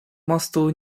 mostu